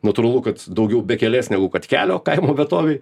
natūralu kad daugiau bekelės negu kad kelio kaimo vietovėj